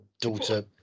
daughter